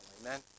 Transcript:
Amen